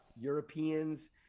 Europeans